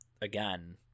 again